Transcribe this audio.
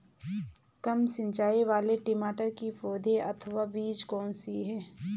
कम सिंचाई वाले टमाटर की पौध अथवा बीज कौन से हैं?